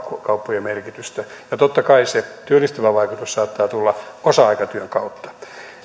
kauppojen merkitystä ja totta kai se työllistävä vaikutus saattaa tulla osa aikatyön kautta